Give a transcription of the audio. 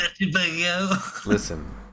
Listen